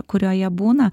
kurioje būna